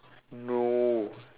no